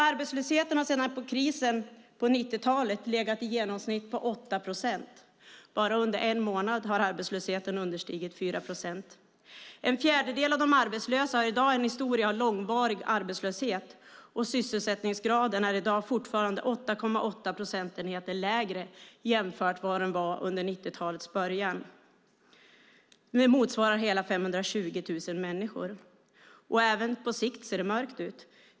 Arbetslösheten har sedan krisen på 90-talet legat på i genomsnitt 8 procent. Bara under en månad har arbetslösheten understigit 4 procent. En fjärdedel av de arbetslösa har i dag en historia av långvarig arbetslöshet. Sysselsättningsgraden är i dag fortfarande 8,8 procentenheter lägre än under 90-talets början, vilket motsvarar hela 520 000 människor. Även på sikt ser det mörkt ut.